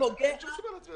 אי-אפשר לקבל את זה.